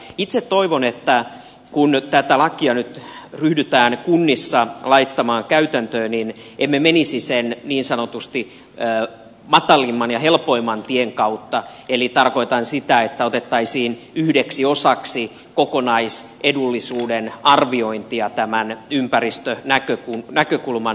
itse toivon että kun tätä lakia nyt ryhdytään kunnissa laittamaan käytäntöön niin emme menisi sen niin sanotusti matalimman ja helpoimman tien kautta eli tarkoitan sitä että otettaisiin yhdeksi osaksi kokonaisedullisuuden arviointia tämä ympäristönäkökulma